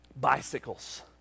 bicycles